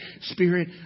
Spirit